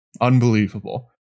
Unbelievable